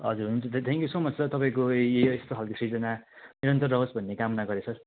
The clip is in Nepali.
हजुर हुन्छ thank you so much sir तपाईँको य ए यस्तो खाले सृजना निरन्तर रहोस् भन्ने कामना गरे सर